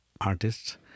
artists